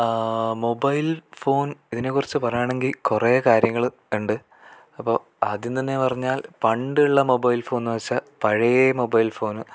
mobile phone ഇതിനെക്കുറിച്ച് പറയാണെങ്കിൽ കുറെ കാര്യങ്ങൾ ഉണ്ട് അപ്പോൾ ആദ്യം തന്നെ പറഞ്ഞാൽ പണ്ടുള്ള മൊബൈൽ ഫോന്ന് വെച്ചാൽ പഴയ മൊബൈൽ ഫോന്ന്